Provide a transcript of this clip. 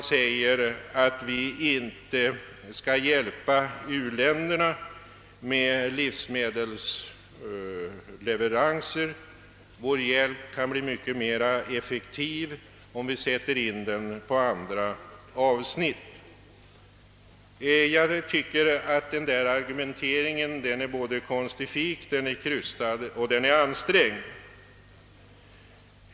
De säger att vi inte skall hjälpa u-länderna med livsmedelsleveranser, eftersom vår hjälp kan bli mycket mer effektiv om vi sätter in den på andra avsnitt. Jag tycker att den argumenteringen är konstifik, krystad och ansträngd.